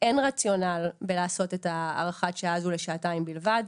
אין רציונל בלעשות את הארכת השעה הזו לשנתיים בלבד.